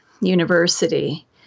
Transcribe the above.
University